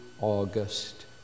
August